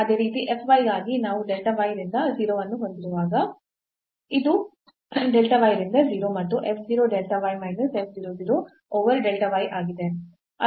ಅದೇ ರೀತಿ f y ಗಾಗಿ ನಾವು delta y ರಿಂದ 0 ಅನ್ನು ಹೊಂದಿರುವಾಗ ಈಗ ಇದು delta y ರಿಂದ 0 ಮತ್ತು f 0 delta y minus f 0 0 over delta y ಆಗಿದೆ